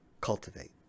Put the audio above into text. cultivate